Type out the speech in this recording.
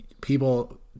people